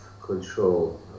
control